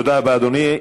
תודה רבה, אדוני.